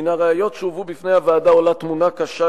מן הראיות שהובאו בפני הוועדה עולה תמונה קשה,